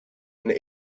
and